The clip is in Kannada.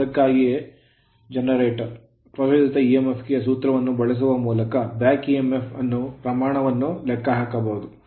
ಅದಕ್ಕಾಗಿಯೇ generator ಜನರೇಟರ್ ನ ಪ್ರಚೋದಿತ EMF ಗೆ ಸೂತ್ರವನ್ನು ಬಳಸುವ ಮೂಲಕ back EMF ಬ್ಯಾಕ್ ಇಎಂಎಫ್ ನ ಪ್ರಮಾಣವನ್ನು ಲೆಕ್ಕಹಾಕಬಹುದು